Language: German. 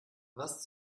was